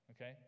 okay